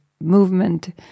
movement